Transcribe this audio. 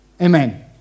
Amen